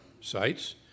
sites